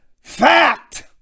Fact